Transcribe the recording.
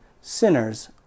sinners